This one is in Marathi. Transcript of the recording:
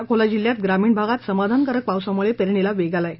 अकोला जिल्ह्यात ग्रामीण भागात समाधानकारक पावसामुळे पेरणीला वेग आला आहे